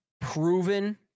proven